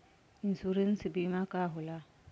Insurance बीमा का होला?